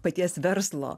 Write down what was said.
paties verslo